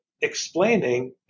explaining